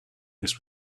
this